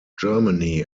germany